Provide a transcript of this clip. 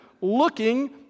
looking